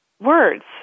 words